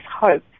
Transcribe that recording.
hope